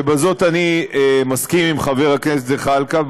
ובזה אני מסכים עם חבר הכנסת זחאלקה,